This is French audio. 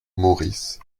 maurice